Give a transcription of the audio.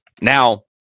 Now